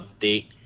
update